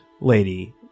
lady